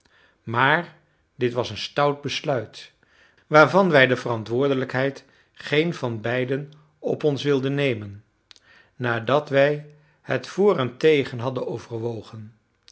maar dit was een stout besluit waarvan wij de verantwoordelijkheid geen van beiden op ons wilden nemen nadat wij het vr en tegen hadden overwogen